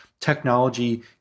technology